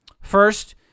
First